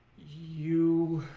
you